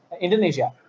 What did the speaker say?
Indonesia